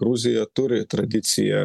gruzija turi tradiciją